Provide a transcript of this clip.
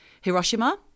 Hiroshima